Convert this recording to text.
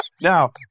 Now